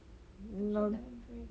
then now